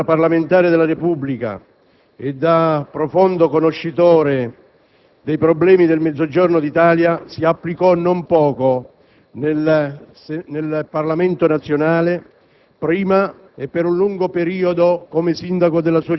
l'onorevole Luigi Memmi, che da parlamentare della Repubblica e da profondo conoscitore dei problemi del Mezzogiorno d'Italia si applicò non poco, nel Parlamento nazionale